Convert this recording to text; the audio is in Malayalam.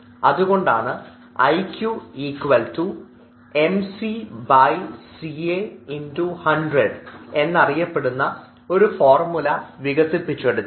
അതുകൊണ്ടാണ് IQ MACA x 100 എന്നറിയപ്പെടുന്ന ഒരു ഫോർമുല വികസിപ്പിച്ചെടുത്തത്